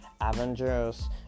Avengers